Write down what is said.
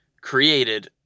created